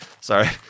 sorry